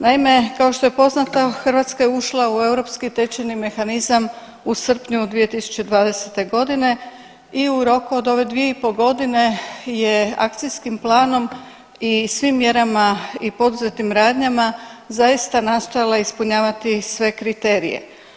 Naime, kao što je poznato Hrvatska je ušla u europski tečajni mehanizam u srpnju 2020. godine i u roku od ove 2,5 godine je akcijskim planom i svim mjerama i poduzetim radnjama zaista nastojala ispunjavati sve kriterije.